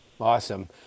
Awesome